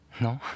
Non